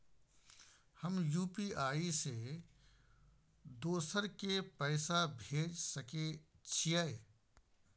हम यु.पी.आई से दोसर के पैसा भेज सके छीयै?